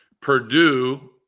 Purdue